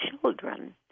children